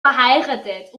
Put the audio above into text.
verheiratet